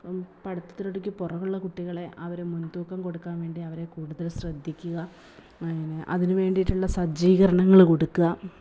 പഠിത്തത്തിലൊക്കെ പുറകുള്ള കുട്ടികളെ അവരെ മുൻതൂക്കം കൊടുക്കാൻ വേണ്ടി അവരെ കൂടുതൽ ശ്രദ്ധിക്കുക അതിന് അതിന് വേണ്ടിയിട്ടുള്ള സജ്ജീകരണങ്ങൾ കൊടുക്കുക